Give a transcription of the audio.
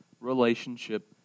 relationship